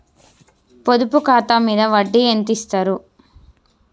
పొదుపు ఖాతా మీద వడ్డీ ఎంతిస్తరు?